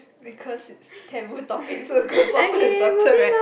because it's taboo topic so got softer and softer [right]